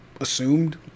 assumed